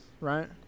right